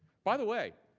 by the way,